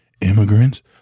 Immigrants